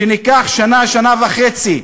שניקח שנה, שנה וחצי,